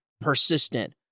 persistent